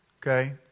okay